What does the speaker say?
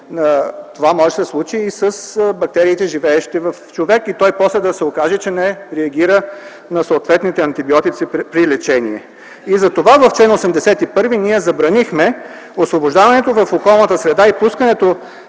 това може да се случи и с бактериите, живеещи в човек и той после да се окаже, че не реагира на съответните антибиотици при лечение. Затова в чл. 81 ние забранихме освобождаването в околната среда и пускането